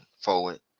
forward